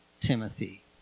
Timothy